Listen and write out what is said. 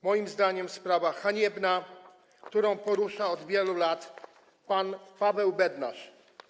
Moim zdaniem to sprawa haniebna, którą porusza od wielu lat pan Paweł Bednarz.